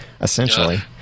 essentially